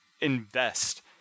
invest